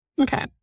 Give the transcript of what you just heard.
Okay